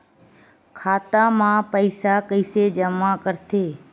खाता म पईसा कइसे जमा करथे?